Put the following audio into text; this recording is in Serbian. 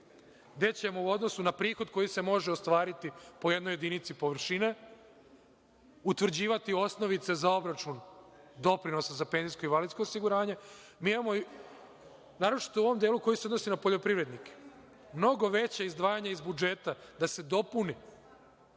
gde će se, u odnosu na prihod koji se može ostvariti po jednoj jedinici površine, utvrđivati osnovica za obračun doprinosa za PIO. Mi imamo, naročito u ovom delu koji se odnosi na poljoprivrednike, mnogo veće izdvajanje iz budžeta da se dopuni